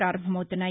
ప్రారంభమవుతున్నాయి